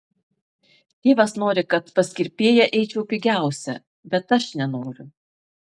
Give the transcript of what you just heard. tėvas nori kad pas kirpėją eičiau pigiausia bet aš nenoriu